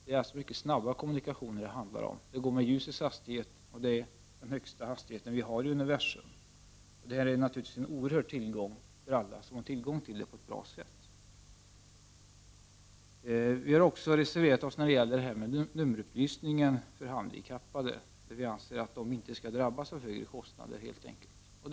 Det är mycket snabba kommunikationer det är fråga om. De går med ljusets hastighet, och det är den högsta hastighet som finns i universum. Telekommunikationer är naturligtvis av oerhört värde för alla som har tillgång till dem på ett bra sätt. Vi har också reserverat oss när det gäller nummerupplysning för handikappade. Vi anser att de inte skall drabbas av högre kostnader helt enkelt.